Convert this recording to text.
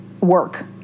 work